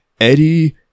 Eddie